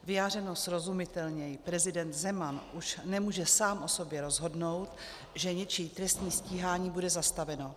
Vyjádřeno srozumitelněji prezident Zeman už nemůže sám o sobě rozhodnout, že něčí trestní stíhání bude zastaveno.